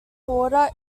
water